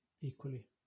Equally